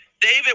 David